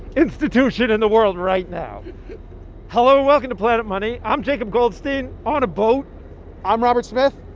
institution in the world right now hello. welcome to planet money. i'm jacob goldstein on a boat i'm robert smith,